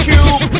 Cube